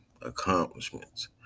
accomplishments